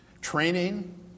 training